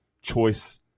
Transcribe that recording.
choice